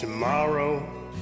Tomorrow